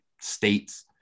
states